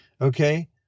Okay